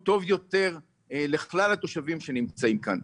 טוב יותר לכלל התושבים שנמצאים כאן.